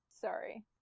Sorry